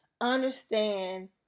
understand